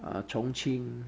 err chongqing